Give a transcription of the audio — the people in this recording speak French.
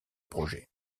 projets